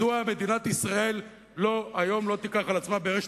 מדוע מדינת ישראל היום לא תיקח על עצמה ברשת